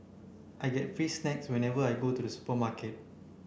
I get free snacks whenever I go to the supermarket